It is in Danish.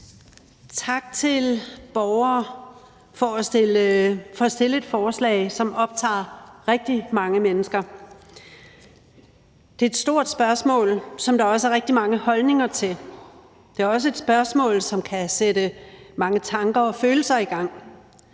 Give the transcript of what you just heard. Tak til borgerne for at stille et forslag, som optager rigtig mange mennesker. Det er et stort spørgsmål, som der også er rigtig mange holdninger til. Det er også et spørgsmål, som kan sætte mange tanker og følelser i gang.